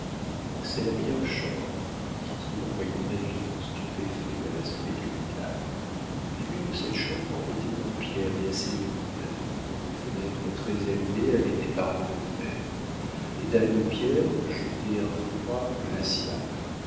c'est la meilleure chambre dit-il en voyant david stupéfait à l'aspect du local les murs de cette chambre étaient en pierre et assez humides les fenêtres très élevées avaient des barreaux de fer les dalles de pierre jetaient un froid glacial